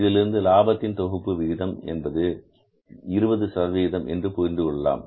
இதிலிருந்து லாபத்தில் தொகுப்பு விகிதம் என்பது 20 என்று புரிந்து கொள்ளலாம்